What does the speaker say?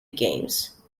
games